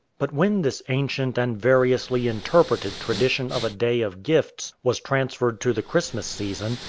but when this ancient and variously interpreted tradition of a day of gifts was transferred to the christmas season,